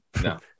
No